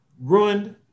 ruined